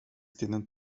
tienen